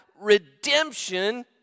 redemption